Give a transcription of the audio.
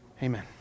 Amen